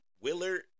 Willard